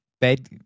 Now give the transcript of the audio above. bed